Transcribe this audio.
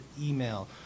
email